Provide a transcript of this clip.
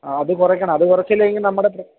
ആ അത് കുറയ്ക്കണം അത് കുറച്ചില്ലെങ്കിൽ നമ്മുടെ